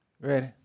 Ready